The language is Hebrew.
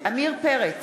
עמיר פרץ,